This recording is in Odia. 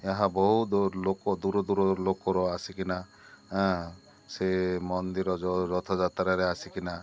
ଏହା ବହୁତ ଲୋକ ଦୂର ଦୂର ଲୋକର ଆସିକିନା ସେ ମନ୍ଦିର ରଥଯାତ୍ରାରେ ଆସିକିନା